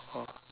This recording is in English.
ah